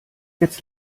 jetzt